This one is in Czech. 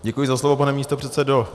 Děkuji za slovo, pane místopředsedo.